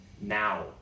now